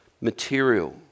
material